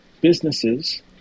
businesses